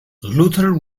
luther